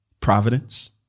Providence